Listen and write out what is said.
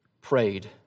prayed